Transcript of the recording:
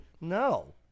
No